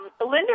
Linda